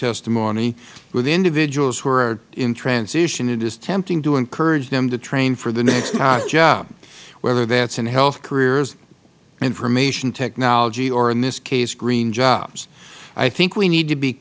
testimony with individuals who are in transition it is tempting to encourage them to train for the next hot job whether that is in health careers information technology or in this case green jobs i think we need to be